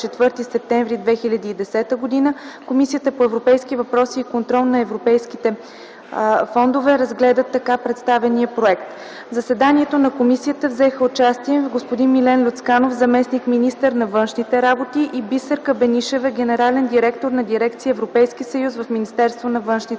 24 септември 2010 г., Комисията по европейските въпроси и контрол на европейските фондове разгледа така представения проект. В заседанието на комисията взеха участие господин Милен Люцканов – заместник-министър на външните работи, и Бисерка Бенишева – генерален директор на Дирекция „Европейски съюз” в Министерството на външните работи.